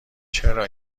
چرا